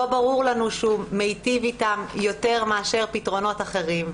לא ברור לנו שהוא מיטיב איתן יותר מאשר פתרונות אחרים,